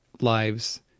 lives